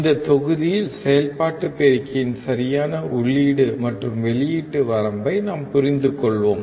இந்த தொகுதியில் செயல்பாட்டு பெருக்கியின் சரியான உள்ளீடு மற்றும் வெளியீட்டு வரம்பை நாம் புரிந்துகொள்வோம்